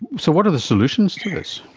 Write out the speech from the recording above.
so what are the solutions to this?